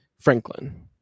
Franklin